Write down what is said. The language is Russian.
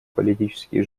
политические